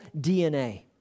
DNA